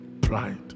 Pride